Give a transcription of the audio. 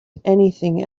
anything